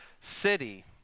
City